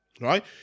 Right